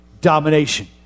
domination